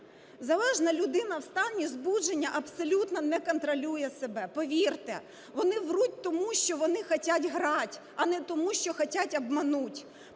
Залежна людина в стані збу дження абсолютно не контролює себе. Повірте, вони вруть, тому що вони хочуть грати, а не тому, що хочуть обманути.